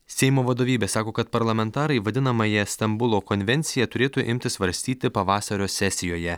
seimo vadovybė sako kad parlamentarai vadinamąją stambulo konvenciją turėtų imti svarstyti pavasario sesijoje